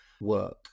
work